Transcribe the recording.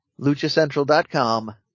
LuchaCentral.com